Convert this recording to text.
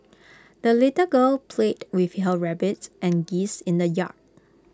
the little girl played with her rabbits and geese in the yard